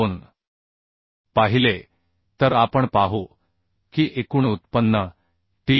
2 पाहिले तर आपण पाहू की एकूण उत्पन्न टी